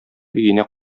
өенә